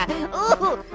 ooh,